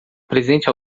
presente